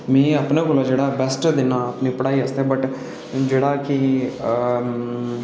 में अपने कोला जेह्ड़ा बेस्ट दिन्ना अपनी पढाई आस्तै बट जेह्ड़ा कि